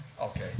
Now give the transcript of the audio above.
Okay